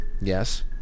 Yes